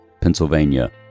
Pennsylvania